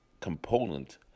component